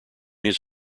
his